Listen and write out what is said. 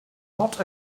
not